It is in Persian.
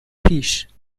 پیش